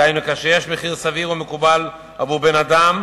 דהיינו, כאשר יש מחיר סביר ומקובל עבור בן-אדם,